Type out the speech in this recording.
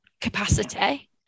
capacity